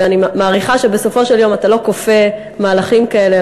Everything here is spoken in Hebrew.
ואני מעריכה שבסופו של דבר אתה לא כופה מהלכים כאלה,